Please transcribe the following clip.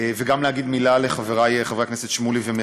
אני קובעת כי הצעת חוק להסדר ההימורים בספורט (תיקון מס' 10),